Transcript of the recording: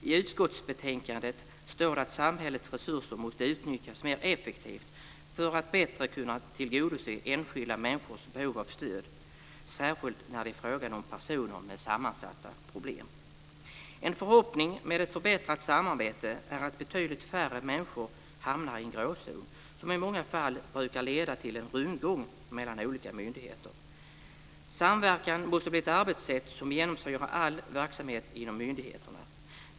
I utskottsbetänkandet står det att samhällets resurser måste utnyttjas mer effektivt för att bättre kunna tillgodose enskilda människors behov av stöd, särskilt när det är fråga om personer med sammansatta problem. En förhoppning med ett förbättrat samarbete är att betydligt färre människor hamnar i en gråzon som i många fall brukar leda till en rundgång mellan olika myndigheter. Samverkan måste bli ett arbetssätt som genomsyrar all verksamhet inom myndigheterna.